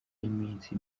y’iminsi